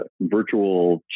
virtual